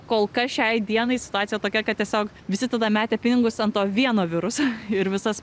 kol kas šiai dienai situacija tokia kad tiesiog visi tada metė pinigus ant to vieno viruso ir visas